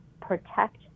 protect